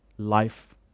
life